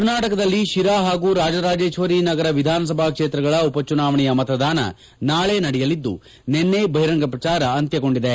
ಕರ್ನಾಟಕದಲ್ಲಿ ಶಿರಾ ಹಾಗೂ ರಾಜರಾಜೇಶ್ವರಿನಗರ ವಿಧಾನಸಭಾ ಕ್ಷೇತ್ರಗಳ ಉಪಚುನಾವಣೆಯ ಮತದಾನ ನಾಳೆ ನಡೆಯಲಿದ್ದು ನಿನ್ನೆ ಬಹಿರಂಗ ಪ್ರಚಾರ ಅಂತ್ಯಗೊಂಡಿದೆ